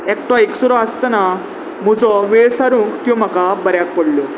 एकट एकसुरो आसतना म्हजो वेळ सारूंक त्यो म्हाका बऱ्याक पडल्यो